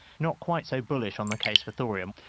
not quite so bullish on the case for thorium.